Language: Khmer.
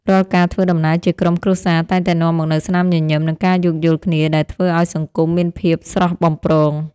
រាល់ការធ្វើដំណើរជាក្រុមគ្រួសារតែងតែនាំមកនូវស្នាមញញឹមនិងការយោគយល់គ្នាដែលធ្វើឱ្យសង្គមមានភាពស្រស់បំព្រង។